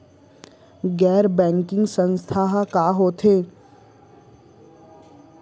गैर बैंकिंग संस्था ह का होथे?